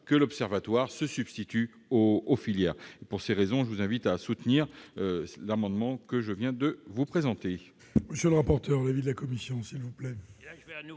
qu'il se substitue aux filières. Pour ces raisons, je vous invite à soutenir l'amendement que je viens de vous présenter.